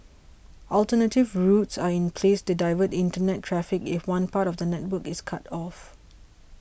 alternative routes are in place to divert internet traffic if one part of the network is cut off